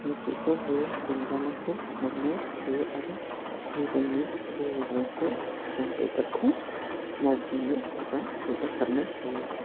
मिथिस'हायि रंजानायखौ मोनो हायो आरो मेलेमनि गेजेरजोंसो जों बेफोरखौ मावफुंनो एबा जौगासारनो हायो